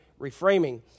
reframing